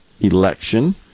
election